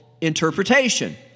interpretation